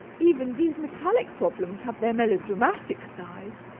even these metallic problems have their melodramatic side.